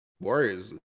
Warriors